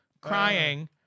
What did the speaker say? crying